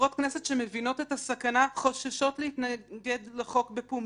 חברות כנסת שמבינות את הסכנה חוששות להתנגד לחוק בפומבי.